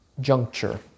juncture